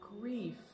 grief